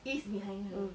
is behind her